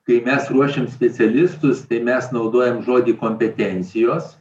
kai mes ruošiam specialistus tai mes naudojam žodį kompetencijos